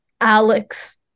Alex